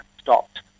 stopped